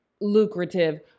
lucrative